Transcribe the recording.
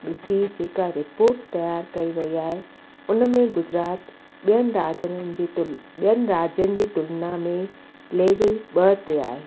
ॾिसी जेका रिपोर्ट तयारु कई वई आहे उन में गुजरात ॿियनि राजरनि जी तुल ॿियनि राज्यन जी तुलना में लेवल ॿ ते आहे